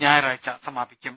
ഞായറാഴ്ച സമാപിക്കും